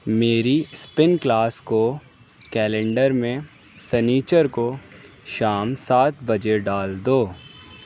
میری spin class کو calendar میں سنیچر کو شام سات بجے ڈال دو